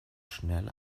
schnell